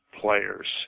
players